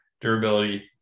Durability